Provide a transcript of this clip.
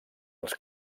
els